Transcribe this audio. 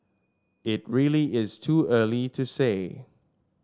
it really is too early to say